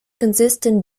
consistent